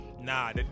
Nah